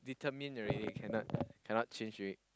determine already cannot cannot change already